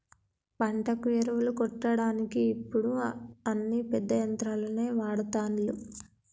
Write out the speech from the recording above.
పంటకు ఎరువులు కొట్టడానికి ఇప్పుడు అన్ని పెద్ద యంత్రాలనే వాడ్తాన్లు